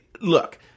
look